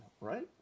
right